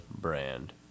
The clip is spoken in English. brand